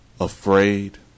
afraid